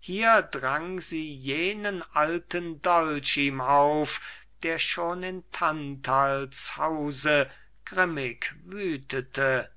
hier drang sie jenen alten dolch ihm auf der schon in tantals hause grimmig wüthete